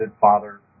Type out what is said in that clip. father